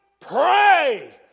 Pray